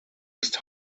ist